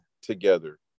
together